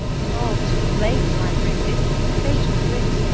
then all too late i bring this fatal writ,